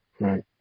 right